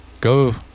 go